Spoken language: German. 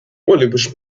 olympischen